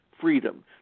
freedom